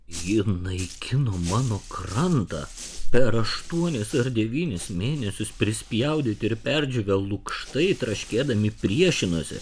ji naikino mano krantą per aštuonis devynis mėnesius prispjaudyti ir perdžiūvę lukštai traškėdami priešinosi